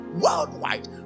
Worldwide